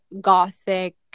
gothic